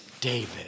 David